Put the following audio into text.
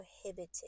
prohibited